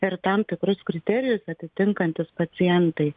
ir tam tikrus kriterijus atitinkantys pacientai